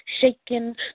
Shaking